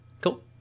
cool